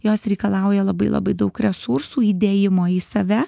jos reikalauja labai labai daug resursų įdėjimo į save